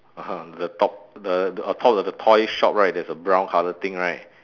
(uh huh) the top the the on top of the toy shop right there's a brown colour thing right